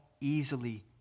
easily